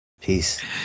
Peace